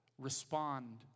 Respond